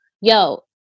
yo